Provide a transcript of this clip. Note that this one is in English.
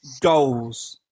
goals